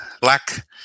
black